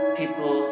people